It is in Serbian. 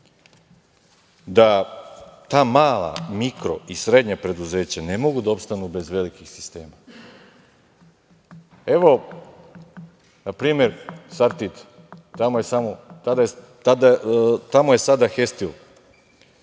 da ta mala, mikro i srednja preduzeća ne mogu da opstanu bez velikih sistema. Evo, npr. „Sartid“, tamo je sada „Hestil“,